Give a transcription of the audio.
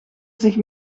zich